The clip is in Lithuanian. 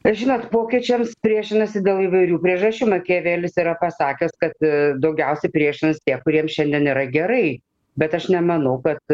žinot pokyčiams priešinasi dėl įvairių priežasčių makiavelis yra pasakęs kad daugiausiai priešinas tie kuriem šiandien yra gerai bet aš nemanau kad